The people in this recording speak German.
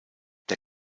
der